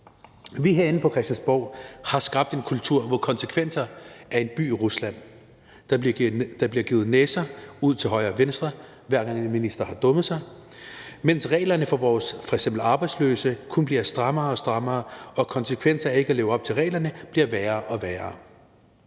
Vi herinde på Christiansborg har skabt en kultur, hvor konsekvenser er en by i Rusland. Der bliver givet næser til højre og venstre, hver gang en minister har dummet sig, mens reglerne for f.eks. vores arbejdsløse kun bliver strammere og strammere, og konsekvenserne af ikke at leve op til reglerne bliver værre og værre.